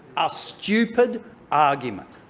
ah stupid argument.